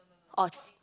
off